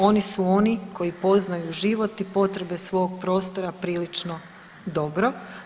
Oni su oni koji poznaju život i potrebe svog prostora prilično dobro.